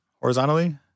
horizontally